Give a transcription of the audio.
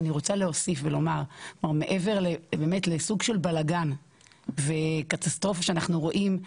אני רוצה להוסיף ולומר שמעבר לסוג של בלגן וקטסטרופה שאנחנו רואים,